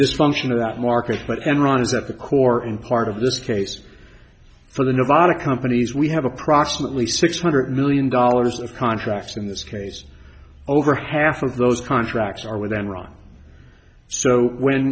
dysfunction of that market but enron is at the core and part of this case for the nevada companies we have approximately six hundred million dollars of contracts in this case over half of those contracts are with enron so when